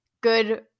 good